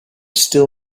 still